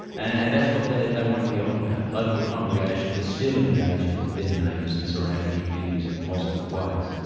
and and that's what they they want to be on about. local congregations are still engaging with their neighbours and surrounding communities in positive ways.